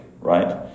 Right